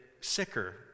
sicker